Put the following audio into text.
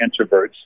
introverts